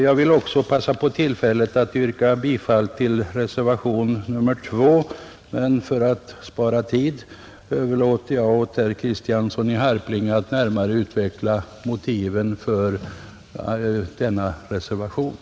Jag vill också passa på tillfället att yrka bifall till reservationen 2, men för att spara tid överlåter jag åt herr Kristiansson i Harplinge att närmare utveckla motiven för den reservationen.